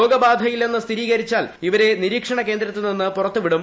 രോഗബാധയില്ലെന്ന് സ്ഥിരീകരിച്ചാൽ ഇവരെ നിരീക്ഷണകേന്ദ്രത്തിൽ നിന്ന് പുറത്ത് വിടും